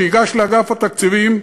שייגש לאגף התקציבים.